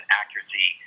accuracy